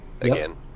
again